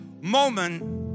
moment